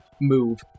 move